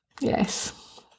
Yes